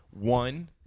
One